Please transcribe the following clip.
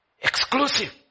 Exclusive